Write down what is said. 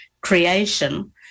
creation